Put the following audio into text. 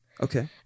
Okay